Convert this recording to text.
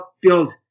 build